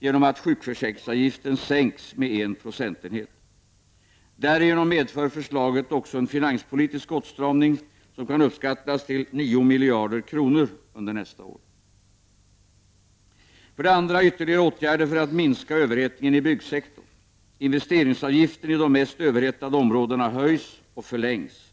genom att sjukförsäkringsavgiften sänks med en procentenhet. Därigenom medför förslaget också en finanspolitisk åtstramning som kan uppskattas till 9 miljarder kronor under nästa år. För det andra krävs ytterligare åtgärder för att minska överhettningen på byggsektorn. Investeringsavgiften i de mest överhettade områdena höjs och förlängs.